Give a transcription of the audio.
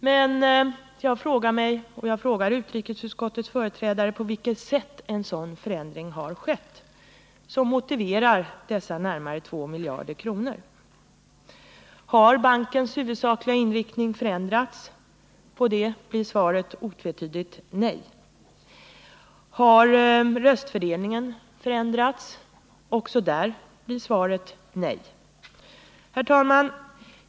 Men jag frågar mig — och jag frågar utskottets företrädare — på vilket sätt en sådan förändring har skett som motiverar dessa närmare 2 miljarder kronor. Har bankens huvudsakliga inriktning förändrats? På den frågan blir svaret otvetydigt nej. Har röstfördelningen förändrats? Också på den frågan blir svaret nej. Herr talman!